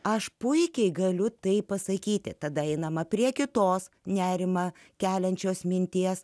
aš puikiai galiu tai pasakyti tada einama prie kitos nerimą keliančios minties